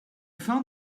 found